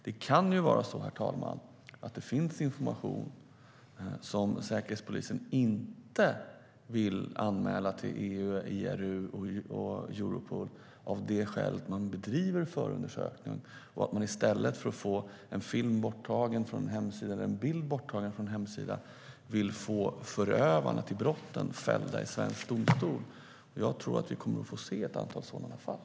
Det kan ju vara så, herr talman, att det finns information som Säkerhetspolisen inte vill anmäla till EU IRU och Europol för att man bedriver en förundersökning och i stället för att få en film borttagen från hemsidan vill få förövarna av brotten fällda i svensk domstol. Jag tror att vi kommer att få se ett antal sådana fall.